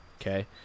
okay